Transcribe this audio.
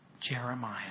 Jeremiah